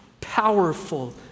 powerful